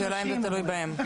השאלה אם זה תלוי בהם.